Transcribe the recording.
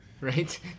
Right